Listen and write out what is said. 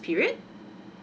period